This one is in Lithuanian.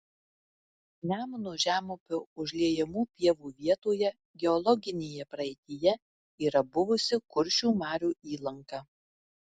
nemuno žemupio užliejamų pievų vietoje geologinėje praeityje yra buvusi kuršių marių įlanka